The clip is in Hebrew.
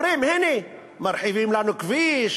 אומרים: הנה, מרחיבים לנו כביש,